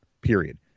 period